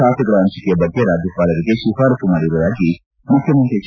ಬಾತೆಗಳ ಪಂಚಿಕೆಯ ಬಗ್ಗೆ ರಾಜ್ಯಪಾಲರಿಗೆ ಶಿಫಾರಸ್ಸು ಮಾಡಿರುವುದಾಗಿ ಮುಖ್ಯಮಂತ್ರಿ ಎಚ್